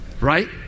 Right